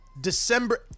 December